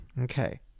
Okay